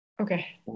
okay